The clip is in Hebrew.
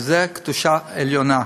שזאת קדושה עליונה,